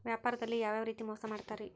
ವ್ಯಾಪಾರದಲ್ಲಿ ಯಾವ್ಯಾವ ರೇತಿ ಮೋಸ ಮಾಡ್ತಾರ್ರಿ?